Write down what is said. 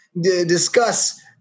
discuss